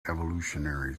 evolutionary